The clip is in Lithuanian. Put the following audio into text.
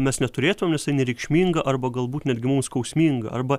mes neturėtumėm nes tai nereikšminga arba galbūt netgi mums skausminga arba